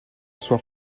soit